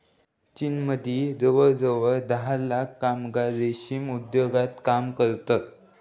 चीनमदी जवळजवळ धा लाख कामगार रेशीम उद्योगात काम करतत